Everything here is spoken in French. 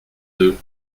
deux